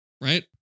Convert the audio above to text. right